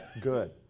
good